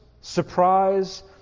surprise